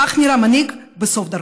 כך נראה מנהיג בסוף דרכו.